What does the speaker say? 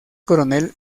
coronel